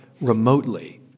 remotely